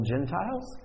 Gentiles